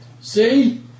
See